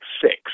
six